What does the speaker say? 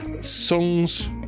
Songs